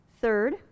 Third